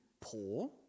poor